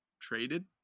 traded